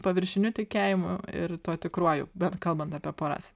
paviršiniu tikėjimu ir tuo tikruoju bent kalbant apie poras